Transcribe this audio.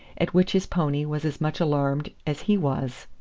at which his pony was as much alarmed as he was,